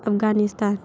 Afghanistan